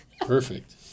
Perfect